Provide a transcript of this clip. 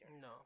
No